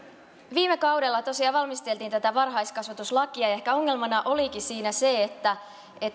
viime kaudella tosiaan valmisteltiin tätä varhaiskasvatuslakia ja ehkä ongelmana olikin siinä se että